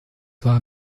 war